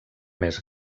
més